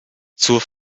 zur